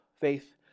faith